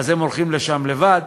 אז הם הולכים לשם לבד,